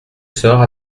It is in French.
sœurs